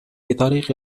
بطريق